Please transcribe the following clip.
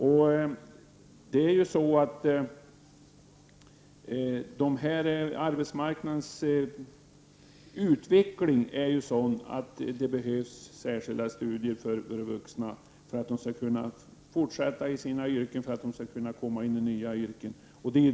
Utvecklingen på arbetsmarknaden är sådan att det behövs särskilda studier för att vuxna skall kunna fortsätta i sina yrken och för att de skall kunna komma in i nya yrken.